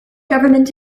government